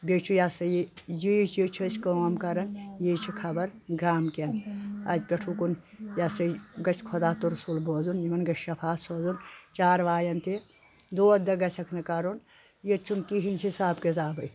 بیٚیہِ چھُ یہِ ہسا یہِ چیٖز چھِ أسۍ کٲم کران یہِ چھِ خبَر گام کٮ۪ن اتہِ پؠٹھ ہُکُن یہِ ہسا گژھِ خۄدا تہٕ رسُول بوزُن یِمن گژھِ شَفات سوزُن چار وایَن تہِ دود دَگ گژھؠکھ نہٕ کرُن ییٚتہِ چھُنہٕ کِہیٖنۍ حِساب کِتابٕے